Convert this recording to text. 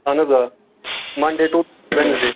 اہن حظ آ مَنڈے ٹُو وٮ۪نٕزڈے